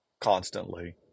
constantly